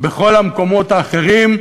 בכל המקומות האחרים,